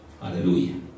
Hallelujah